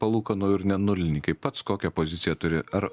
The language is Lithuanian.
palūkanų ir nenulininkai pats kokią poziciją turi ar